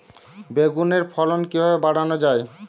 বেগুনের ফলন কিভাবে বাড়ানো যায়?